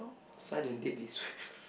side and date is